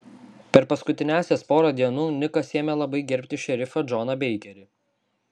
per paskutiniąsias porą dienų nikas ėmė labai gerbti šerifą džoną beikerį